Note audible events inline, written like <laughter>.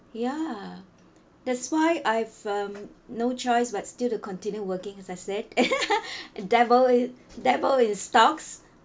ya that's why I've um no choice but still to continue working as I said <laughs> dabble dabble in stocks